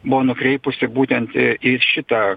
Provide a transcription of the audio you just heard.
buvo nukreipusi būtent į šitą